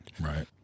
Right